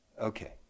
Okay